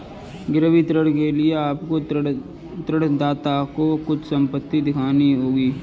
गिरवी ऋण के लिए आपको ऋणदाता को कुछ संपत्ति दिखानी होगी